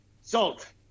Salt